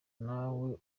nawe